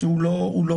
הוא לא טוב.